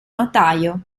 notaio